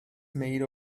made